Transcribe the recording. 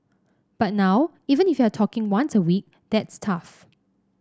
but now even if you're talking once a week that's tough